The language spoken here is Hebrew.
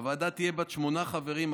הוועדה תהיה בת שמונה חברים,